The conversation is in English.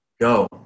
go